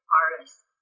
artists